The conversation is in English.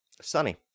sunny